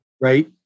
Right